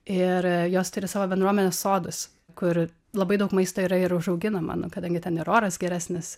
ir jos turi savo bendruomenės sodus kur labai daug maisto yra ir užauginama na kadangi ten ir oras geresnis